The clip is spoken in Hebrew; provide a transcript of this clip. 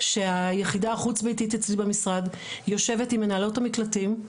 שהיחידה החוץ ביתית אצלי במשרד יושבת עם מנהלות המקלטים,